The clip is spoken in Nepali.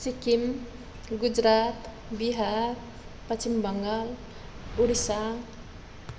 सिक्किम गुजरात बिहार पश्चिम बङ्गाल उडिसा